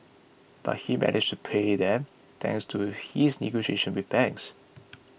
but he managed to pay them thanks to his negotiations with banks